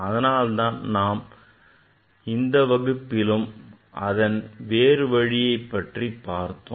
அதனால் தான் நாம் இந்த வகுப்பில் அதன் வேறு வழிமுறை பற்றி பார்த்தோம்